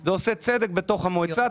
זה עושה צדק בתוך המועצה.